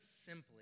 simply